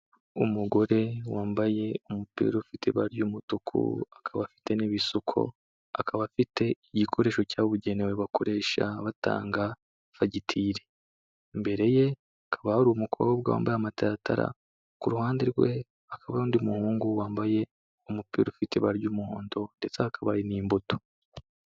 Umugore wambaye umupira ufite ibara ry'umutuku akaba afite n'ibisuko, akaba afite igikoresho cyabugenewe bakoresha batanga fagitire. Imbere ye hakaba hari umukobwa wambaye amataratara, ku ruhande rwe hakaba hari undi muhungu wambaye umupira ufite ibara ry'umuhondo ndetse hakaba n'imbuto.